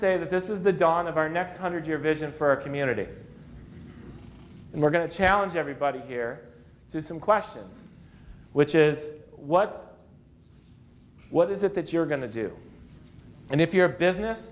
say that this is the dawn of our next hundred year vision for our community and we're going to challenge everybody here there's some question which is what what is it that you're going to do and if your business